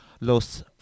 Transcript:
Los